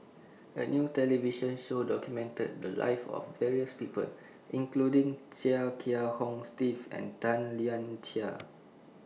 A New television Show documented The Lives of various People including Chia Kiah Hong Steve and Tan Lian Chye